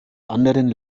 anderen